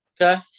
Okay